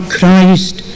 Christ